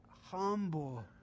humble